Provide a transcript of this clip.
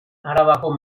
arabako